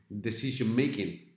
decision-making